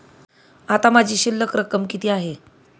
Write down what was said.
आता माझी शिल्लक रक्कम किती आहे?